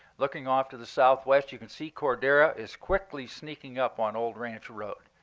looking off to the southwest, you can see cordera is quickly sneaking up on old ranch road.